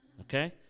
okay